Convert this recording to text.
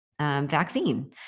vaccine